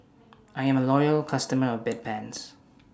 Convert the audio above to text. I'm A Loyal customer of Bedpans